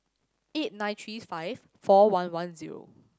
eight nine three five four one one zero